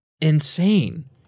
insane